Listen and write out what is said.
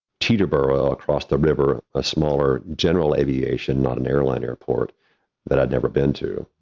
teterboro, across the river, a smaller general aviation, not an airline airport that i'd never been to,